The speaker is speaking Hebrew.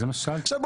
עכשיו,